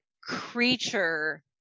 creature